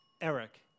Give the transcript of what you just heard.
Eric